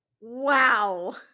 Wow